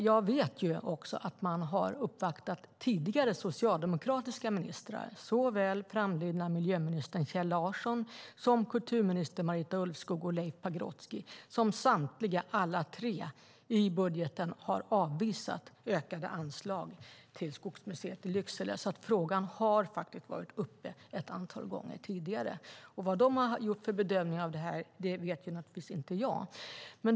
Jag vet att man har uppvaktat tidigare socialdemokratiska ministrar, såväl den framlidne miljöministern Kjell Larsson som kulturministrarna Marita Ulvskog och Leif Pagrotsky, som samtliga tre i budgeten har avvisat ökade anslag till Skogsmuseet i Lycksele. Frågan har alltså har varit uppe ett antal gånger tidigare. Vad de har gjort för bedömningar vet naturligtvis inte jag.